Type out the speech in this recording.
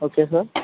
okay sir